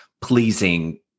pleasing